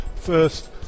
first